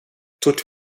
tut